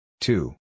Two